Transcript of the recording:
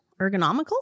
ergonomical